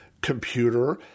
computer